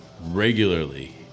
regularly